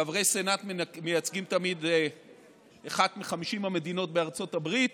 חברי סנאט מייצגים תמיד אחת מ-50 המדינות בארצות הברית,